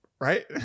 Right